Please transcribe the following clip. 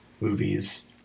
movies